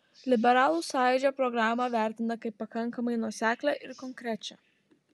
liberalų sąjūdžio programą vertina kaip pakankamai nuoseklią ir konkrečią